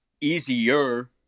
easier